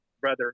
Brother